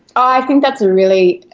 i think that's a really,